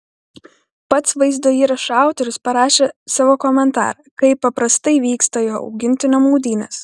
pats vaizdo įrašo autorius parašė savo komentarą kaip paprastai vyksta jo augintinio maudynės